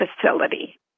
facility